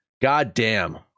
goddamn